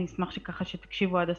אני אשמח שתקשיבו עד הסוף,